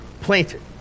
planted